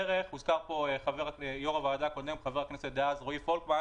הוזכר פה יושב-ראש הוועדה הקודם חבר הכנסת רועי פולקמן